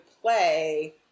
play